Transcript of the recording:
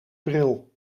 bril